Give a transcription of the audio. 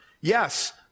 Yes